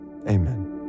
amen